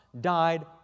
died